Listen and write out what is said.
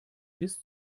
bis